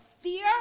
fear